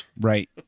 Right